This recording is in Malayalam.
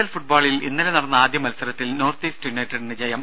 എൽ ഫുട്ബോളിൽ ഇന്നലെ നടന്ന ആദ്യ മത്സരത്തിൽ നോർത്ത് ഈസ്റ്റ് യുണൈറ്റഡിന് ജയം